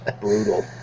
brutal